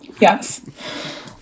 Yes